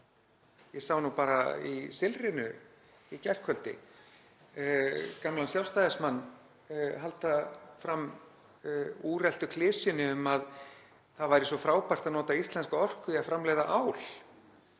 Ég sá nú bara í Silfrinu í gærkvöldi gamlan Sjálfstæðismann halda fram úreltu klisjunni um að það væri svo frábært að nota íslenska orku í að framleiða ál